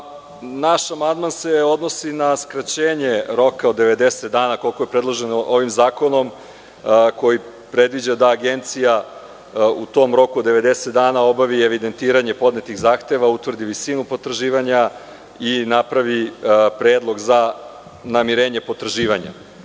amandman se odnosi na skraćenje roka od 90 dana, koliko je predloženo ovim zakonom, koji predviđa da Agencija u tom roku od 90 dana obavi evidentiranje podnetih zahteva, utvrdi visinu potraživanja i napravi predlog za namirenje potraživanja.